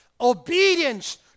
Obedience